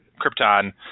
Krypton